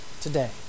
today